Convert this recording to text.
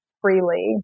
freely